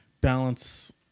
balance